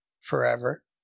forever